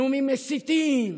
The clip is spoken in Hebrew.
נאומים מסיתים.